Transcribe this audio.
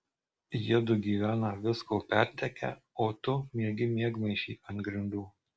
jiedu gyvena visko pertekę o tu miegi miegmaišy ant grindų